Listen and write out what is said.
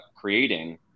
creating